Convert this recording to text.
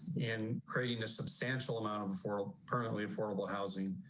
in creating a substantial amount of before permanently affordable housing.